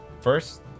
First